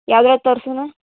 ಯಾವ್ದ್ರಾಗ ತೋರ್ಸಣ